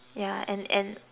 yeah and and